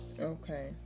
Okay